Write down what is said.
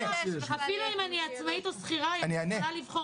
אפילו אם אני עצמאית או שכירה יש לי בחירה לבחור